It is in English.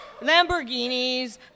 Lamborghinis